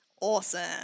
awesome